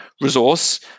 resource